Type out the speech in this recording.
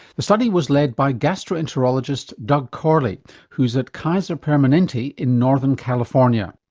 the study was led by gastroenterologist doug corley who's at kaiser permanente in northern california.